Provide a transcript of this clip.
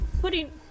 putting